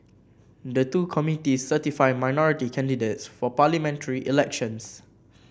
the two committees certify minority candidates for parliamentary elections